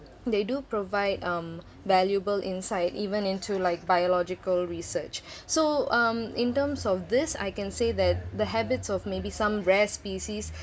they do provide um valuable insight even into like biological research so um in terms of this I can say that the habits of maybe some rare species